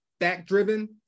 fact-driven